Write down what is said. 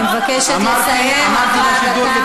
אמרתי בשידור,